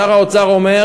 שר האוצר אומר: